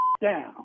down